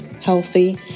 healthy